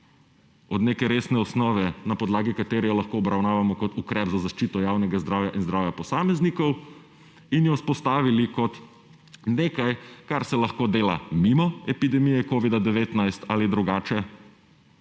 od neke resne osnove, na podlagi katere lahko obravnavamo kot ukrep za zaščito javnega zdravja in zdravja posameznikov, in jo vzpostavili kot nekaj, kar se lahko dela mimo epidemije covida-19. Ali drugače,